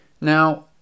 Now